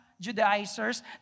Judaizers